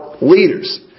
leaders